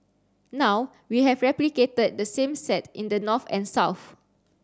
now we have replicated the same set in the north and south